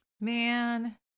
man